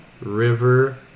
River